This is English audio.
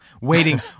waiting